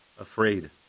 Afraid